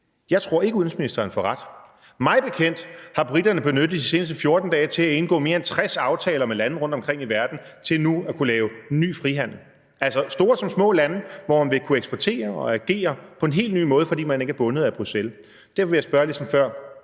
Jeg tror ikke, at udenrigsministeren får ret. Mig bekendt har briterne benyttet de seneste 14 dage til at indgå mere end 60 aftaler med lande rundtomkring i verden til nu at kunne lave ny frihandel, altså store som små lande, hvor man vil kunne eksportere og agere på en helt ny måde, fordi man ikke er bundet af Bruxelles. Derfor vil jeg spørge ligesom før: